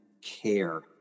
care